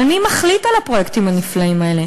אבל מי מחליט על הפרויקטים הנפלאים האלה,